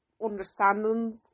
understandings